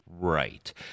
Right